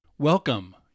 Welcome